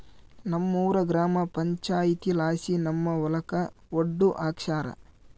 ನಮ್ಮೂರ ಗ್ರಾಮ ಪಂಚಾಯಿತಿಲಾಸಿ ನಮ್ಮ ಹೊಲಕ ಒಡ್ಡು ಹಾಕ್ಸ್ಯಾರ